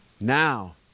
Now